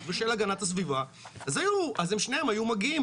ושל הגנת הסביבה אז הם שניהם היו מגיעים.